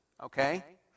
okay